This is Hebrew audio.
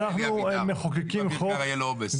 שלחנו מחוקקים חוק,